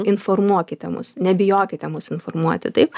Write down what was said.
informuokite mus nebijokite mus informuoti taip